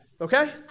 Okay